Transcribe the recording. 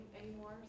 anymore